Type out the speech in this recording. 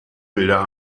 bilder